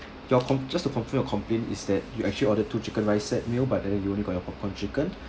your com~ just to confirm your complaint is that you actually ordered two chicken rice set meal but then you only got your popcorn chicken